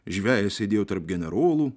žvejas sėdėjo tarp generolų